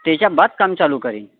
त्याच्या बाद काम चालू करीन